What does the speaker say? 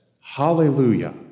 Hallelujah